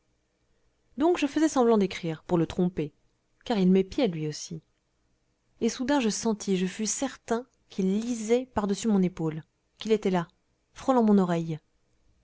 donc je faisais semblant d'écrire pour le tromper car il m'épiait lui aussi et soudain je sentis je fus certain qu'il lisait par-dessus mon épaule qu'il était là frôlant mon oreille